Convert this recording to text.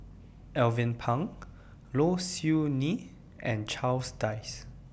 Alvin Pang Low Siew Nghee and Charles Dyce